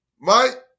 Mike